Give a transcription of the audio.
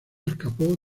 escapó